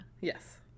Yes